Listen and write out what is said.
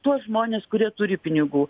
tuos žmones kurie turi pinigų